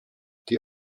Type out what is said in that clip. die